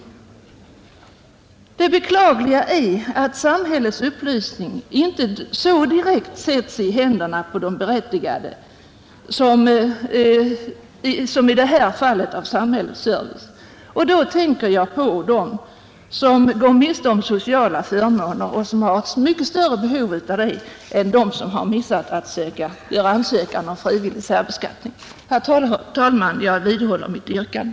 Det beklagliga är att samhällets upplysning ofta inte så direkt som vore önskvärt sätts i händerna på dem som är berättigade till samhällets service. Jag tänker på dem som går miste om sociala förmåner och som' har mycket större behov av stöd än de som missat möjligheten att göra ansökan om frivillig särbeskattning. Herr talman! Jag vidhåller mitt yrkande.